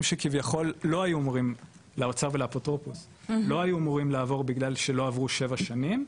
שכביכול לא היו אמורים לעבור בגלל שלא עברו שבע שנים,